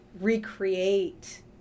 recreate